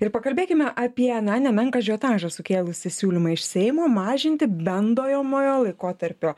ir pakalbėkime apie na nemenką ažiotažą sukėlusį siūlymą iš seimo mažinti bandojomojo laikotarpio